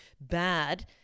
bad